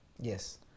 Yes